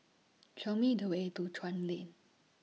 Show Me The Way to Chuan Lane